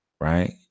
right